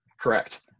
Correct